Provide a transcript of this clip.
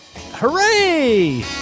Hooray